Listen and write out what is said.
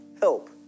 help